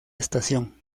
estación